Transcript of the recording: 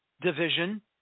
division